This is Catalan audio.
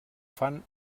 fan